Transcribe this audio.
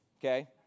Okay